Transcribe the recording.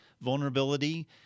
vulnerability